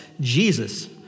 Jesus